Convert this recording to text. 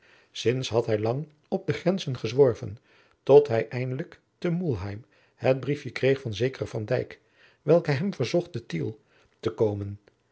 sints had hij lang op de grenzen gezworven tot hij eindelijk te mulheim het briefje kreeg van zekeren van dyk welke hem verzocht te tiel te komen